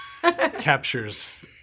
captures